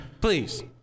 Please